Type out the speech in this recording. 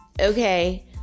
okay